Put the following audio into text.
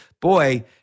boy